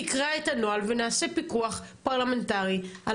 נקרא את הנוהל ונעשה פיקוח פרלמנטרי על